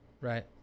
right